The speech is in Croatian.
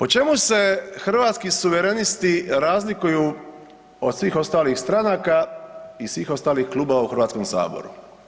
O čemu se Hrvatski suverenisti razlikuju od svih ostalih stranaka i svih ostalih klubova u HS-u?